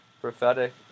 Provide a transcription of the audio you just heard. prophetic